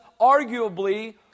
arguably